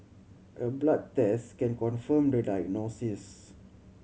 a blood test can confirm the diagnosis